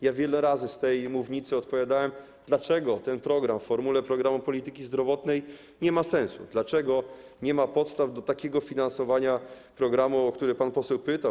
Ja wiele razy z tej mównicy odpowiadałem, dlaczego ten program w formule programu polityki zdrowotnej nie ma sensu, dlaczego nie ma podstaw do takiego finansowania programu, o który pan poseł pytał.